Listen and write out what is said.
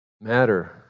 Matter